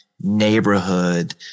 neighborhood